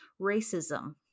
Racism